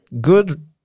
good